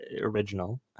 original